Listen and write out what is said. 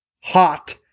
hot